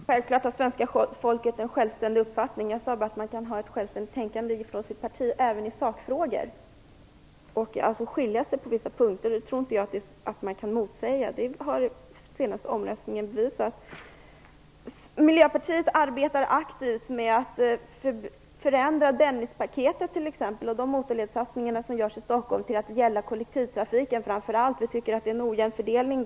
Herr talman! Det är självklart att svenska folket har en självständig uppfattning. Jag sade bara att man kan tänka självständigt på vissa punkter i förhållande till sitt parti även i sakfrågor. Jag tror inte att det kan motsägas. Det har den senaste folkomröstningen bevisat. Miljöpartiet arbetar t.ex. aktivt för att förändra Stockholm, så att dessa framför allt skall komma att inriktas på kollektivtrafik. Vi tycker att det i det sammanhanget görs en ojämn fördelning.